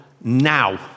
now